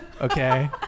okay